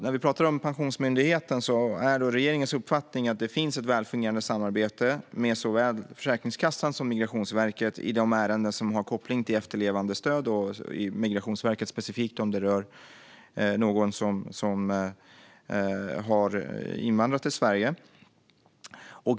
När det gäller Pensionsmyndigheten är det regeringens uppfattning att det finns ett välfungerande samarbete med såväl Försäkringskassan som Migrationsverket i de ärenden som har koppling till efterlevandestöd och Migrationsverket, specifikt om det rör någon som har invandrat till Sverige.